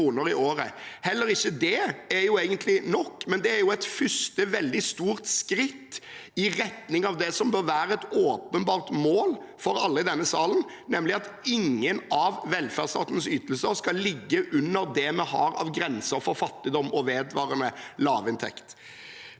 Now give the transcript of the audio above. Heller ikke det er nok, men det er et første veldig stort skritt i retning av det som bør være et åpenbart mål for alle i denne salen, nemlig at ingen av velferdsstatens ytelser skal ligge under grensen for fattigdom og vedvarende lavinntekt.